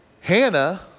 Hannah